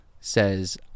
says